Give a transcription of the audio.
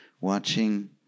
watching